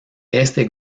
este